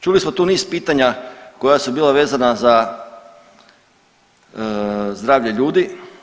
Čuli smo tu niz pitanja koja su bila vezana za zdravlje ljudi.